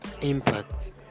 impact